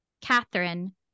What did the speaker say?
Catherine